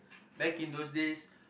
back in those days